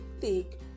take